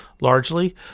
largely